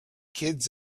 kids